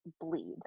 bleed